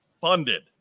funded